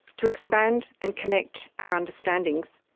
to expand and connect our understandings,